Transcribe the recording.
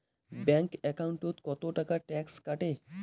Bank একাউন্টত কতো টাকা ট্যাক্স কাটে?